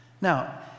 Now